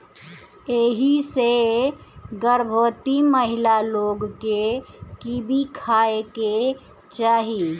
एही से गर्भवती महिला लोग के कीवी खाए के चाही